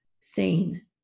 sane